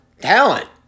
talent